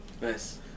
Nice